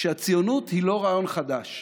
שהציונות היא לא רעיון חדש,